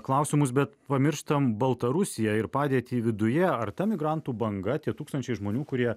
klausimus bet pamirštam baltarusiją ir padėtį viduje ar ta migrantų banga tie tūkstančiai žmonių kurie